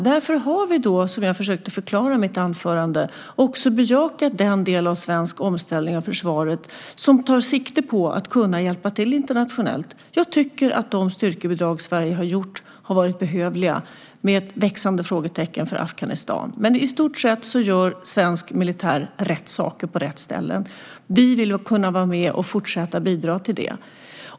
Därför har vi, som jag försökte förklara i mitt anförande, också bejakat den delen av svensk omställning av försvaret som tar sikte på att kunna hjälpa till internationellt. Jag tycker att de styrkebidrag som Sverige har gjort har varit behövliga, med ett växande frågetecken för Afghanistan. Men i stort sett gör svensk militär rätt saker på rätt ställen. Vi vill kunna vara med och fortsätta bidra till det.